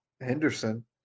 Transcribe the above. Henderson